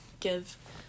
give